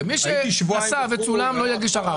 הרי מי שנסע וצולם לא יגיש ערר.